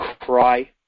cry